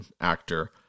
actor